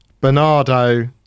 Bernardo